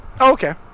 okay